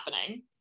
happening